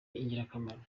ingirakamaro